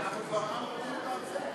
אנחנו כבר עם חופשי בארצנו.